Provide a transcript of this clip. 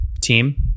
team